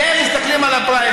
כי הם מסתכלים על הפריימריז.